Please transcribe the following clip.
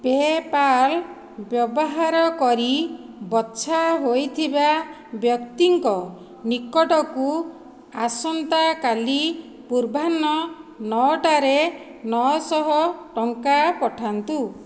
PayPal ବ୍ୟବହାର କରି ବଛା ହୋଇଥିବା ବ୍ୟକ୍ତିଙ୍କ ନିକଟକୁ ଆସନ୍ତାକାଲି ପୂର୍ବାହ୍ନ ନଅଟାରେ ନଅ ଶହ ଟଙ୍କା ପଠାନ୍ତୁ